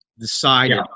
decided